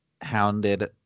hounded